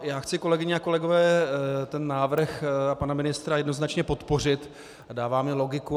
Já chci, kolegyně a kolegové, ten návrh pana ministra jednoznačně podpořit, dává mi logiku.